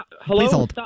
Hello